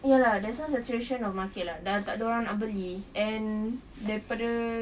ya lah there's no saturation of market lah dah tak ada orang nak beli and daripada